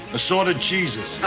assorted cheeses